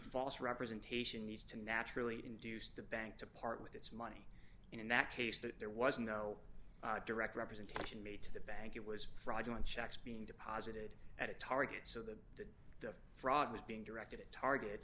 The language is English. false representation used to naturally induce the bank to part with its money in that case that there was no direct representation made to the bank it was fraudulent checks being deposited at a target so the fraud was being directed at target